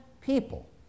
people